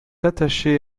attachés